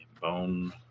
bone